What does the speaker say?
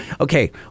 okay